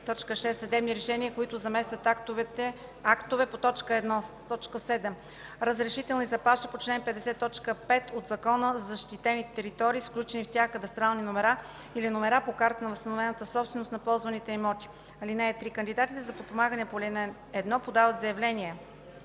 решения, които заместват актове по т. 1; 7. разрешителни за паша по чл. 50, т. 5 от Закона за защитените територии с включени в тях кадастрални номера или номера по Картата на възстановената собственост на ползваните имоти. (3) Кандидатите за подпомагане по ал. 1 подават заявление